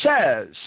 says